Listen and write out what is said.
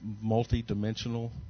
multi-dimensional